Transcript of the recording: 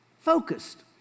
focused